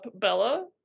Bella